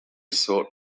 sought